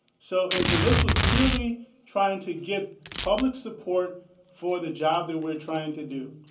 so and and this was purely trying to get public support for the job that we're trying to do,